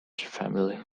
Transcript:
family